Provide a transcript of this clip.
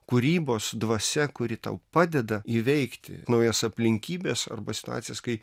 kūrybos dvasia kuri tau padeda įveikti naujas aplinkybes arba situacijas kai